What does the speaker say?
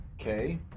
Okay